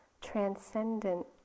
transcendent